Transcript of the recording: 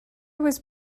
was